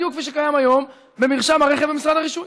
בדיוק כפי שקיים היום במרשם הרכב במשרד הרישוי.